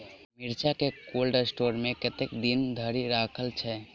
मिर्चा केँ cold store मे कतेक दिन धरि राखल छैय?